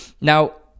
Now